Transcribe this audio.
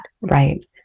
Right